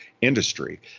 industry